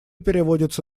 переводится